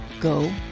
go